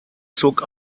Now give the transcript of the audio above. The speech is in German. zog